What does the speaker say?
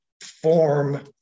form